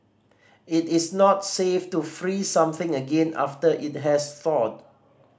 it is not safe to freeze something again after it has thawed